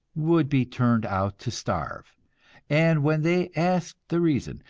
would be turned out to starve and when they asked the reason,